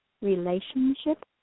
relationship